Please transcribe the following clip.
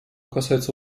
касается